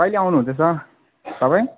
कहिले आउनु हुँदैछ तपाईँ